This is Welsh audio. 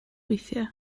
weithiau